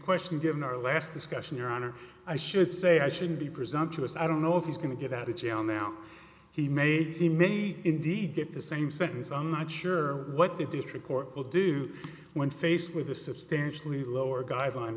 question given our last discussion your honor i should say i shouldn't be presumptuous i don't know if he's going to get out of jail now he may he may indeed get the same sentence i'm not sure what the district court will do when faced with a substantially lower guideline